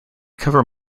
cover